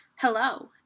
Hello